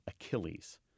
Achilles